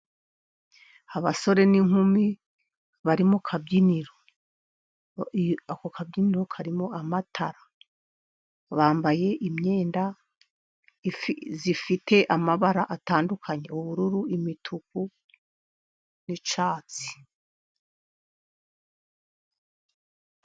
Abasore n' inkumi bari mu kabyiniro; ako kabyiniro karimo amatara, bambaye imyenda ifite amabara atandukanye, ubururu, imituku n' icyatsi.